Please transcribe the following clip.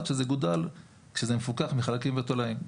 שזה גודל כשזה מפוקח מחרקים ותולעים.